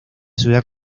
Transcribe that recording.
ciudad